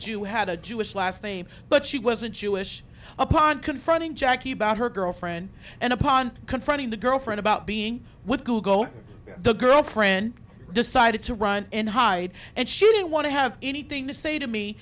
jew had a jewish last name but she wasn't jewish upon confronting jackie about her girlfriend and upon confronting the girlfriend about being with google the girlfriend decided to run and hide and she didn't want to have anything to say to me